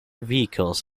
vehicles